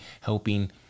helping